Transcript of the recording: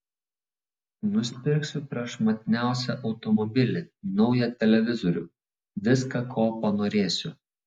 nusipirksiu prašmatniausią automobilį naują televizorių viską ko panorėsiu